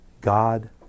God